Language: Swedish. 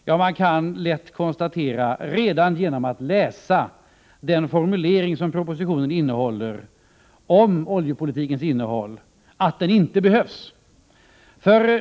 Man kan redan genom att läsa formuleringen i propositionen om oljepolitikens inriktning lätt konstatera att den inte behövs.